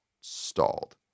stalled